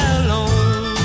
alone